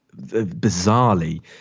bizarrely